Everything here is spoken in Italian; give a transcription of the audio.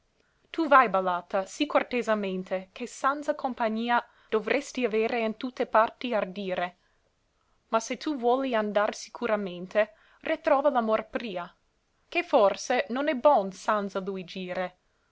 tu vai ballata sì cortesemente che sanza compagnia dovresti avere in tutte parti ardire ma se tu vuoli andar sicuramente retrova l'amor pria ché forse non è bon sanza lui gire